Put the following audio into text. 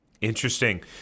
Interesting